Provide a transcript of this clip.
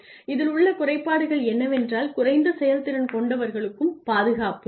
இதில் உள்ள குறைபாடுகள் என்னவென்றால் குறைந்த செயல்திறன் கொண்டவர்களுக்கும் பாதுகாப்பு